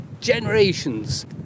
generations